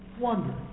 Wonder